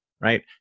right